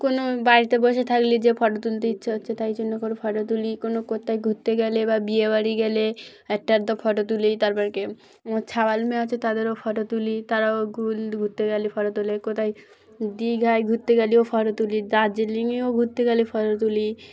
কোনো বাড়িতে বসে থাকলে যে ফটো তুলতে ইচ্ছে হচ্ছে তাই জন্য করে ফটো তুলি কোনো কোথায় ঘুরতে গেলে বা বিয়েবাড়ি গেলে একটা আধটা ফটো তুলি তারপর ক ছাওয়াল মেয়ে আছে তাদেরও ফটো তুলি তারাও ঘুল ঘুরতে গেলে ফটো তুলে কোথায় দীঘায় ঘুরতে গেলেও ফটো তুলি দার্জিলিংয়েও ঘুরতে গেলে ফটো তুলি